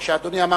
כשאדוני אמר